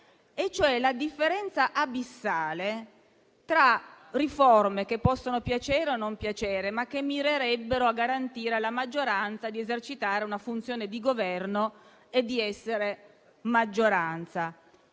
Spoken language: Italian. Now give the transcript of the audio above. la differenza abissale tra riforme, che possono piacere o non piacere, ma che mirerebbero a garantire alla maggioranza di esercitare una funzione di governo e di essere maggioranza;